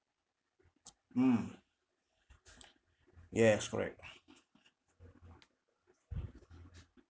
mm yes correct